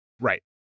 Right